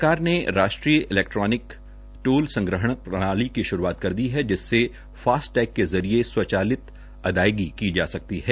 सरकार ने राष्ट्रीय इलैक्ट्रोनिक टोल संग्रह प्रणाली की श्रूआत कर दी है जिससे फास्टटेग के जरिये स्वंचलित अदायगी की जा सकती है